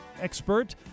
expert